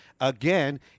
again